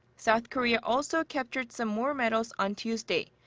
south korea also captured some more medals on tuesday.